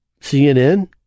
CNN